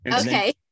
Okay